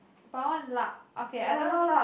but one lah okay I don't